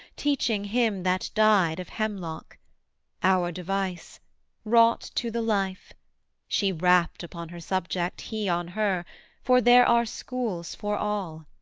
teaching him that died of hemlock our device wrought to the life she rapt upon her subject, he on her for there are schools for all